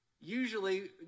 Usually